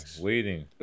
waiting